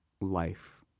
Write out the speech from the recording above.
life